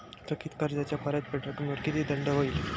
थकीत कर्जाच्या परतफेड रकमेवर किती दंड होईल?